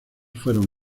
fueron